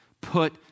Put